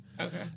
Okay